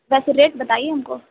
ویسے ریٹ بتائیے ہم کو